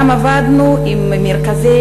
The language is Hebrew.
גם עבדנו עם מרכזי